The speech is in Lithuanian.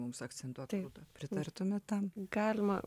mums akcentuotai pritartumėte tam galima